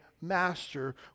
master